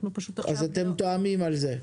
אז אתם מתואמים על זה.